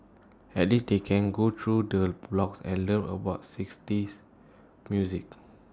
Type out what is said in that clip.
at least they can go through the blogs and learn about sixties music